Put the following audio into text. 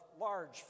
large